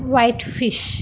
white fish